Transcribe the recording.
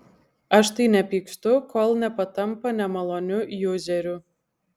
aš tai nepykstu kol nepatampa nemaloniu juzeriu